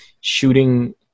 shooting